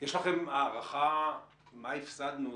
יש לכם הערכה מה הפסדנו?